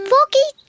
Foggy